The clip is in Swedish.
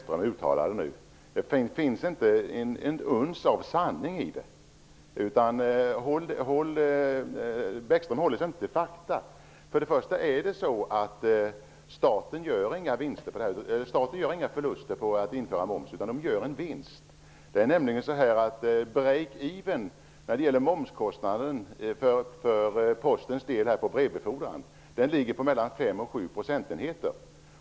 Fru talman! Det finns inte ett uns av sanning i det som Lars Bäckström nyss uttalade. Bäckström håller sig inte till fakta. Först och främst gör staten inga förluster utan en vinst på att införa moms. För att ''break even'' skall Postens momskostnader för brevbefordran ligga på 5--7 procentenheter.